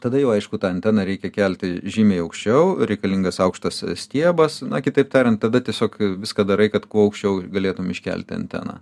tada jau aišku tą anteną reikia kelti žymiai aukščiau reikalingas aukštas stiebas kitaip tariant tada tiesiog viską darai kad kuo aukščiau galėtum iškelti anteną